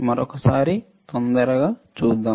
మరొకసారి తొందరగా చూద్దాం